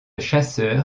chasseur